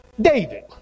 David